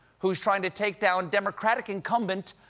who's trying to take down democratic incumbent.